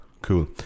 Cool